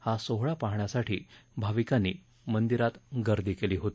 हा सोहळा पाहण्यासाठी भाविकांनी मंदिरात गर्दी केली होती